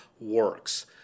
works